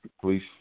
please